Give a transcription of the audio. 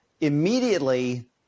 immediately